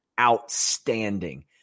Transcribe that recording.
outstanding